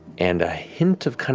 and a hint of